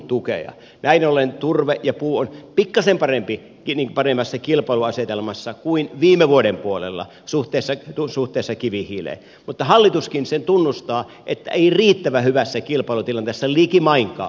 näin ollen turve ja puu ovat pikkasen paremmassa kilpailuasetelmassa kuin viime vuoden puolella suhteessa kivihiileen mutta hallituskin sen tunnustaa että ei riittävän hyvässä kilpailutilanteessa likimainkaan